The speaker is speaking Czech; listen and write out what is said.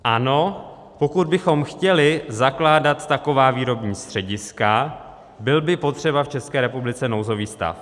Ano, pokud bychom chtěli zakládat taková výrobní střediska, byl by potřeba v České republice nouzový stav.